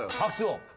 hunsu.